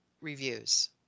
reviews